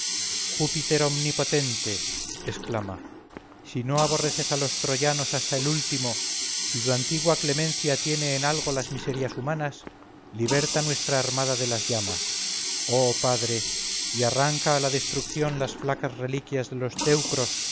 palmas júpiter omnipotente exclama si no aborreces a los troyanos hasta al último si tu antigua clemencia tiene en algo las miserias humanas liberta nuestra armada de las llamas oh padre y arranca a la destrucción las flacas reliquias de los teucros